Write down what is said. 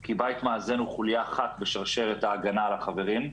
כי בית מאזן הוא חוליה אחת בשרשרת ההגנה על החברים.